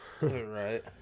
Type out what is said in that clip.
Right